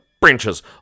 branches